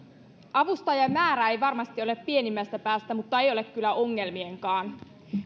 avustajamäärä ei varmasti ole pienimmästä päästä mutta ei ole kyllä ongelmienkaan määrä